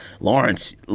Lawrence